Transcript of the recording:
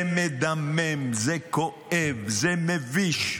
זה מדמם, זה כואב, זה מביש.